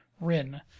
Rin